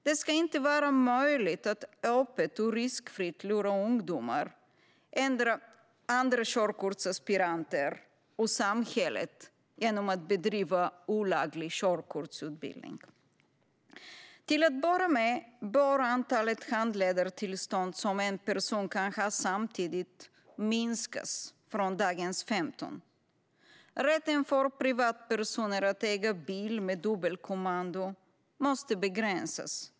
Det ska inte vara möjligt att öppet och riskfritt lura ungdomar, andra körkortsaspiranter och samhället genom att bedriva olaglig körkortsutbildning. Till att börja med bör antalet handledartillstånd som en person kan ha samtidigt minskas från dagens 15. Rätten för privatpersoner att äga bil med dubbelkommando måste begränsas.